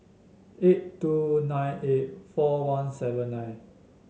eight two nine eight four one seven nine